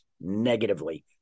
negatively